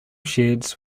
sheds